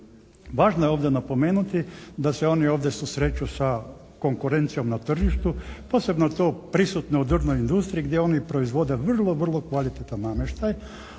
Važno je ovdje napomenuti da se oni ovdje susreću sa konkurencijom na tržištu. Posebno je to prisutno u drvnoj industriji gdje oni proizvode vrlo, vrlo kvalitetan namještaj